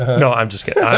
no, i'm just kidding.